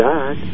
God